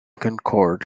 concord